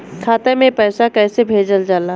खाता में पैसा कैसे भेजल जाला?